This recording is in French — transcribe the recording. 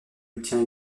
obtient